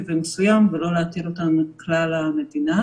ומסוים ולא להטיל אותן על כלל המדינה.